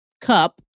cup